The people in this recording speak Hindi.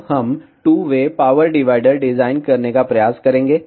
अब हम two way power divider design करने का प्रयास करेंगे